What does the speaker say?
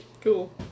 Cool